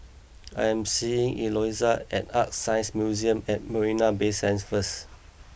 I am seeing Eloisa at ArtScience Museum at Marina Bay Sands first